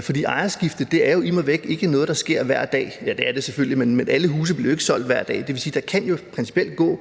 For ejerskifte er jo immer væk ikke noget, der sker hver dag – ja, det er det selvfølgelig, men alle huse bliver jo ikke solgt hver dag – og det vil sige, at der principielt kan